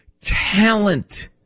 talent